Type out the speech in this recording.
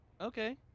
Okay